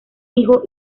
hijo